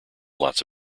lots